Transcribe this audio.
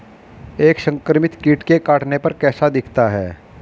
एक संक्रमित कीट के काटने पर कैसा दिखता है?